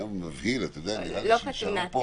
לא חתונה.